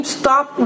stop